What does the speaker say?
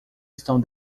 estão